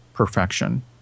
perfection